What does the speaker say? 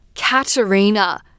Katerina